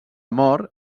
mort